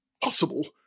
possible